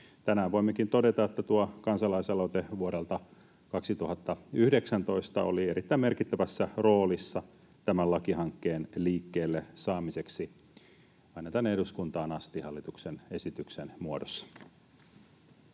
Tänään voimmekin todeta, että tuo kansalaisaloite vuodelta 2019 oli erittäin merkittävässä roolissa tämän lakihankkeen liikkeellesaamiseksi aina tänne eduskuntaan asti hallituksen esityksen muodossa.